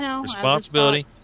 responsibility